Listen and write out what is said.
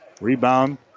Rebound